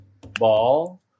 ball